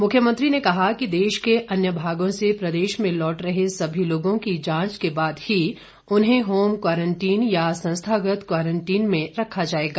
मुख्यमंत्री ने कहा कि देश के अन्य भागों से प्रदेश में लौट रहे सभी लोगों की जांच के बाद ही उन्हें होम क्वारन्टीन या संस्थागत क्वारन्टीन में रखा जाएगा